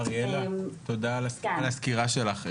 אריאלה, תודה על הסקירה שלך.